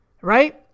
right